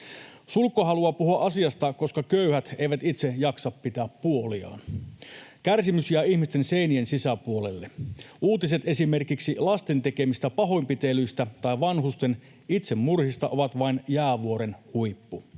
Sulkko haluaa puhua asiasta, koska köyhät eivät itse jaksa pitää puoliaan. Kärsimys jää ihmisten seinien sisäpuolelle. Uutiset esimerkiksi lasten tekemistä pahoinpitelyistä tai vanhusten itsemurhista ovat vain jäävuoren huippu.